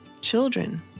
Children